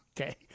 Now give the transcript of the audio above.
Okay